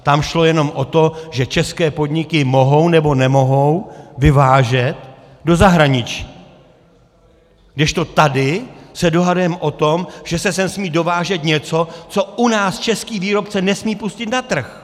Tam šlo jenom o to, že české podniky mohou nebo nemohou vyvážet do zahraničí, kdežto tady se dohadujeme o tom, že se sem smí dovážet něco, co u nás český výrobce nesmí pustit na trh.